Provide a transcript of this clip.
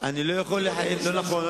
לא נכון.